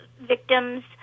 victims